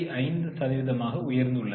5 சதவீதமாக உயர்ந்துள்ளது